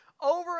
over